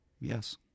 Yes